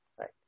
Right